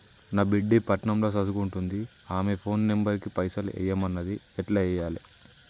నా బిడ్డే పట్నం ల సదువుకుంటుంది ఆమె ఫోన్ నంబర్ కి పైసల్ ఎయ్యమన్నది ఎట్ల ఎయ్యాలి?